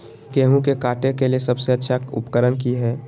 गेहूं के काटे के लिए सबसे अच्छा उकरन की है?